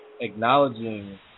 acknowledging